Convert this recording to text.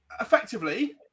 effectively